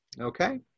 Okay